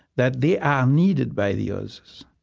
that they are needed by the others.